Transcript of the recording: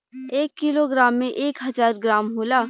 एक kilogram में एक हजार ग्राम होला